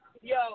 yo